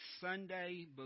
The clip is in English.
Sunday